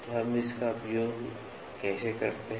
तो हम इसका उपयोग कैसे करते हैं